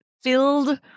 filled